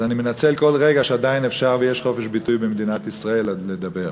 אז אני מנצל כל רגע שעדיין אפשר ויש חופש ביטוי במדינת ישראל לדבר.